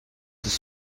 this